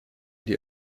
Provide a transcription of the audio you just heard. die